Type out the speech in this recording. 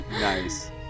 Nice